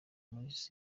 muri